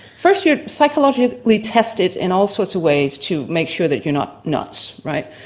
first you're psychologically tested in all sorts of ways to make sure that you're not nuts, right?